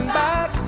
back